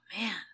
man